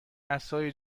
عصای